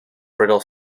brittle